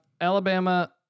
Alabama